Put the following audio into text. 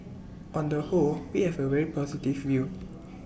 on the whole we have A very positive view